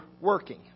working